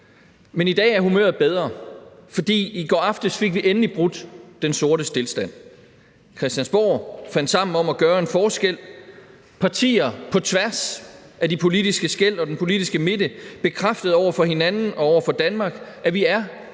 Men i dag er humøret bedre, for i går aftes fik vi egentlig brudt den sorte stilstand. Christiansborg fandt sammen om at gøre en forskel, partier på tværs af de politiske skel og den politiske midte bekræftede over for hinanden og over for Danmark, at vi er